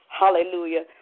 Hallelujah